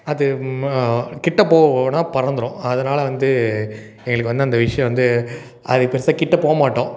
அது மா கிட்ட போவோம்னா பறந்துடும் அதனால் வந்து எங்களுக்கு வந்து அந்த விஷயம் வந்து அது பெருசாகே கிட்ட போகமாட்டோம்